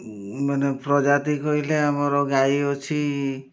ମାନେ ପ୍ରଜାତି କହିଲେ ଆମର ଗାଈ ଅଛି